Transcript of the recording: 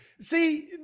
See